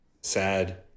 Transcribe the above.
sad